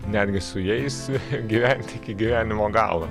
netgi su jais gyventi iki gyvenimo galo